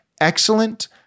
excellent